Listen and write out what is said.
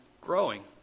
growing